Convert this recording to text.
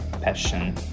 passion